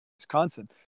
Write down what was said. Wisconsin